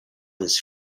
his